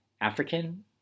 african